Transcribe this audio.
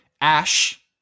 Ash